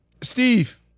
Steve